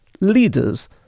leaders